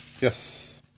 Yes